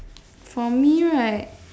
for me right